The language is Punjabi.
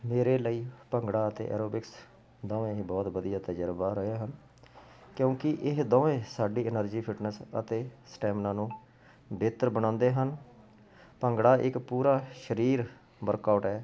ਮੇਰੇ ਲਈ ਭੰਗੜਾ ਅਤੇ ਐਰੋਬਿਕਸ ਦੋਵੇਂ ਹੀ ਬਹੁਤ ਵਧੀਆ ਤਜ਼ਰਬਾ ਰਹੇ ਹਨ ਕਿਉਂਕਿ ਇਹ ਦੋਵੇਂ ਸਾਡੀ ਐਨਰਜੀ ਫਿਟਨਸ ਅਤੇ ਸਟੈਮਿਨਾ ਨੂੰ ਬਿਹਤਰ ਬਣਾਉਂਦੇ ਹਨ ਭੰਗੜਾ ਇੱਕ ਪੂਰਾ ਸਰੀਰ ਵਰਕ ਆਊਟ ਹੈ